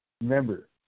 Remember